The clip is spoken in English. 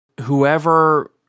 whoever